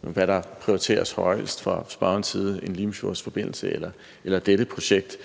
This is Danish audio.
hvad der prioriteres højest fra spørgerens side: en Limfjordsforbindelse eller dette projekt?